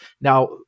Now